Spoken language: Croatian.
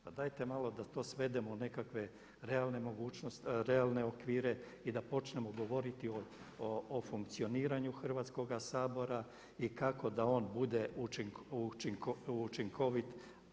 Pa dajte malo da to svedemo u nekakve realne okvire i da počnemo govoriti o funkcioniranju Hrvatskoga sabora i kako da on bude učinkovit.